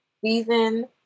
Season